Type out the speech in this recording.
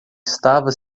estava